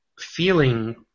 feeling